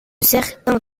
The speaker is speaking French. certains